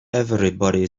everybody